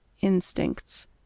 Instincts